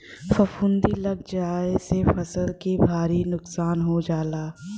फफूंदी लग जाये से फसल के भारी नुकसान हो जाला